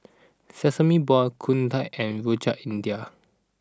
Sesame Balls Kuih Dadar and Rojak India